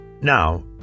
Now